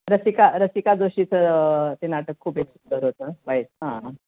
रसिका रसिका जोशीचं ते नाटक खूप एक सुंदर होतं व्हाईट हां